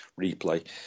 replay